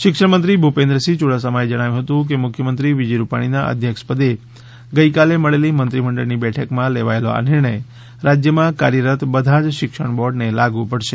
શિક્ષણમંત્રી ભૂપેન્દ્રસિંહ યૂડાસમાએ જણાવ્યું હતું કે મુખ્યમંત્રી વિજય રૂપાણીના અધ્યક્ષપદે ગઈકાલે મળેલી મંત્રીમંડળની બેઠકમાં લેવાયેલો આ નિર્ણય રાજ્યમાં કાર્યરત બધાજ શિક્ષણ બોર્ડને લાગુ પડશે